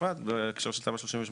בנפרד בהקשר של תמ"א 38,